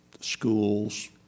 schools